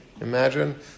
Imagine